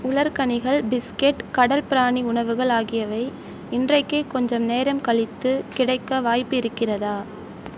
உலர்கனிகள் biscuit கடல் பிராணி உணவுகள் ஆகியவை இன்றைக்கு கொஞ்சம் நேரம் கழித்து கிடைக்க வாய்ப்பு இருக்கிறதா